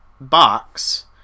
box